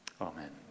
amen